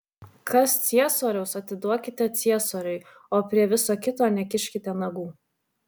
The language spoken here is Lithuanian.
kas ciesoriaus atiduokite ciesoriui o prie viso kito nekiškite nagų